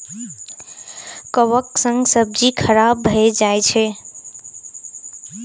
कवक सं सब्जी खराब भए जाइ छै